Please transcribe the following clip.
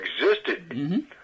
existed